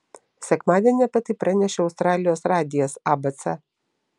sekmadienį apie tai pranešė australijos radijas abc